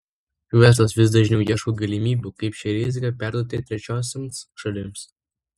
verslas vis dažniau ieško galimybių kaip šią riziką perduoti trečiosioms šalims